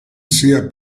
sia